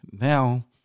now